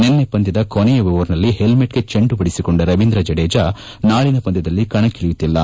ನಿನ್ನೆ ಪಂದ್ತದ ಕೊನೆಯ ಓವರ್ನಲ್ಲಿ ಪಲ್ಮೆಟ್ಗೆ ಚೆಂಡು ಬಡಿಸಿಕೊಂಡ ರವೀಂದ್ರ ಜಡೇಜಾ ನಾಳಿನ ಪಂದ್ಯದಲ್ಲಿ ಕಣಕ್ಕಳಿಯುತ್ತಿಲ್ಲ